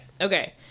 Okay